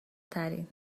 ترین